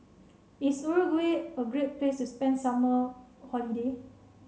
is Uruguay a great place to spend summer holiday